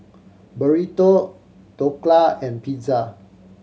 Burrito Dhokla and Pizza